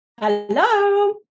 Hello